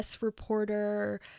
reporter